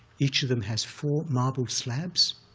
each of them has four marble slabs